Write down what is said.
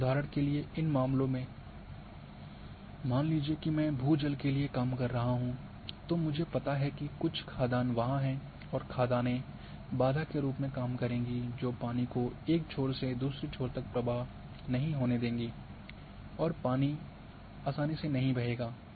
और उदाहरण के लिए इस मामले में मान लीजिए कि मैं भू जल के लिए काम कर रहा हूं तो मुझे पता है कि कुछ खदान वहां हैं और खदाने बाधा के रूप में काम करेंगी जो पानी को एक छोर से दूसरे छोर तक प्रवाह नहीं होने देंगी और पानी आसानी से नहीं बहेगा